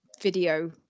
video